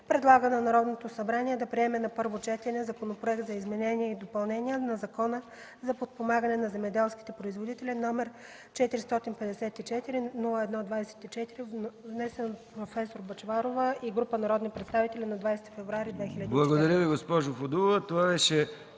предлага на Народното събрание да приеме на първо четене Законопроект за изменение и допълнение на Закона за подпомагане на земеделските производители, № 454-01-24, внесен от проф. Светла Бъчварова и група народни представители на 20 февруари 2014